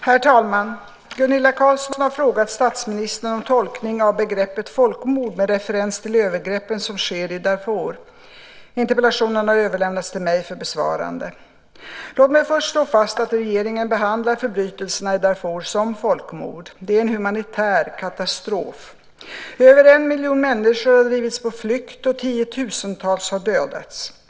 Herr talman! Gunilla Carlsson har frågat statsministern om tolkning av begreppet folkmord med referens till övergreppen som sker i Darfur. Interpellationen har överlämnats till mig för besvarande. Låt mig först slå fast att regeringen behandlar förbrytelserna i Darfur som folkmord. Det är en humanitär katastrof. Över en miljon människor har drivits på flykt och tiotusentals har dödats.